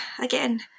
again